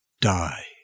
die